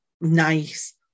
nice